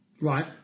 right